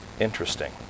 Interesting